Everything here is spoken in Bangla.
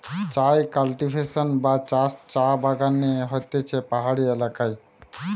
চায় কাল্টিভেশন বা চাষ চা বাগানে হতিছে পাহাড়ি এলাকায়